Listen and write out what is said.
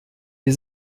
wir